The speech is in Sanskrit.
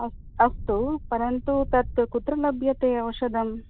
अस् अस्तु परन्तु तत् कुत्र लभ्यते औषधम्